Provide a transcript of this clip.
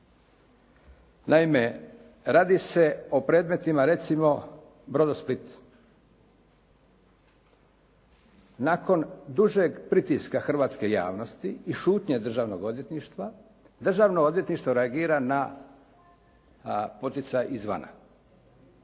Naime, radi se o predmetima recimo "Brodosplit". Nakon dužeg pritiska hrvatske javnosti i šutnje Državnog odvjetništva, Državno odvjetništvo reagira na poticaj izvana